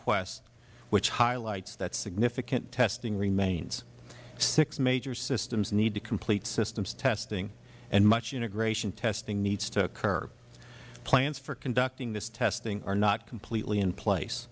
request which highlights that significant testing remains six major systems need to complete systems testing and much integration testing needs to occur plans for conducting this testing are not completely in place